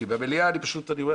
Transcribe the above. כי במליאה אני פשוט לא רואה.